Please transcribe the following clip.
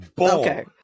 Okay